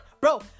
bro